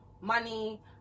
money